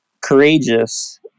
courageous